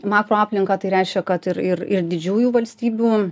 makroaplinką tai reiškia kad ir ir ir didžiųjų valstybių